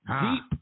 Deep